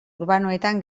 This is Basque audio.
urbanoetan